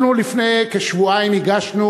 לפני כשבועיים הגשנו,